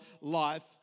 life